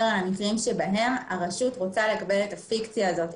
המקרים בהם הרשות רוצה לקבל את הפיקציה הזאת.